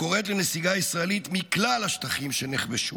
שקוראת לנסיגה ישראלית מכלל השטחים שנכבשו,